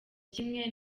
kimwe